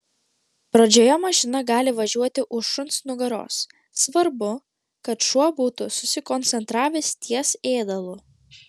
pradžioje mašina gali važiuoti už šuns nugaros svarbu kad šuo būtų susikoncentravęs ties ėdalu